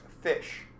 fish